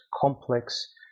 complex